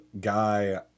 guy